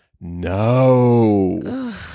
no